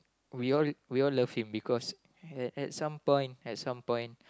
we all we all love him because at at some point at some point